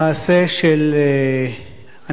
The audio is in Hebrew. המעשה של הנהגת